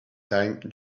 time